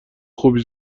خوبی